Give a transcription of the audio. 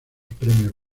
premios